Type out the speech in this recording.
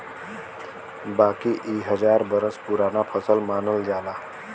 बाकी इ हजार बरस पुराना फसल मानल जाला